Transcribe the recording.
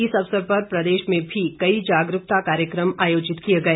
इस अवसर पर प्रदेश में भी कई जागरूकता कार्यक्रम आयोजित किए गए